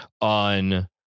on